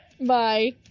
bye